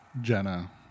Jenna